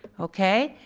okay,